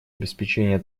обеспечения